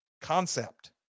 Concept